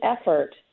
effort